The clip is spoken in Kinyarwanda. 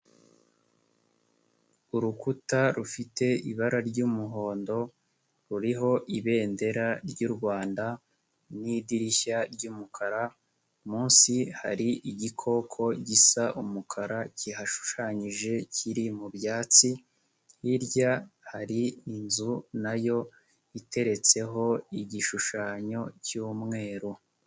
Urukuta rufite ibara ry'umuhondo ruriho ibendera ry'u Rwanda n'idirishya ry'umukara munsi hari igikoko gisa umukara kihashushanyije kiri mu byatsi, hirya hari inzu na yo iteretseho igishushanyo cy'umweru.